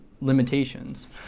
limitations